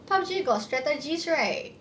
P_U_B_G got strategies right